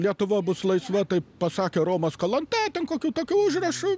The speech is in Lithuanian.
lietuva bus laisva taip pasakė romas kalanta kokiu tokiu užrašu